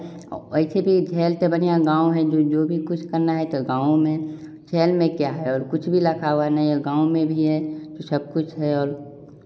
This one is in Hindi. वैसे भी शहर से बढ़िया गाँव हैं जो जो भी कुछ करना है तो गाँव में सैहेल में क्या है और कुछ भी लखा हुआ नहीं है गाँव में भी है तो सब कुछ है और